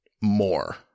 more